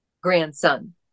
grandson